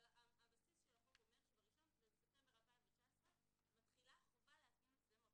אבל החוק אומר שב-1 לספטמבר 2019 מתחילה חובה להתקין מצלמות.